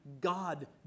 God